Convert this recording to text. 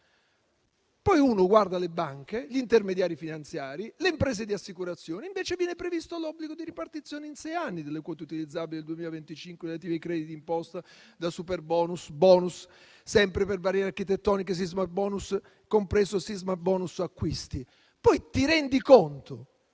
Poi uno guarda le banche, gli intermediari finanziari e le imprese di assicurazione, per i quali invece viene previsto l'obbligo di ripartizione in sei anni delle quote utilizzabili del 2025 relative ai crediti d'imposta da superbonus e *bonus* sempre per barriere architettoniche e sismabonus, compreso sisma bonus acquisti. Poi ci si rende conto